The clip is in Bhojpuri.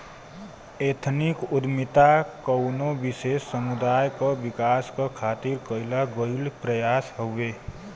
एथनिक उद्दमिता कउनो विशेष समुदाय क विकास क खातिर कइल गइल प्रयास हउवे